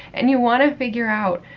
and you want to figure out,